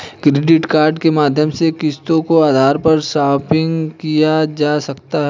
credit card के माध्यम से किस्तों के आधार पर शापिंग की जा सकती है